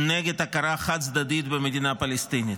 נגד הכרה חד-צדדית במדינה פלסטינית,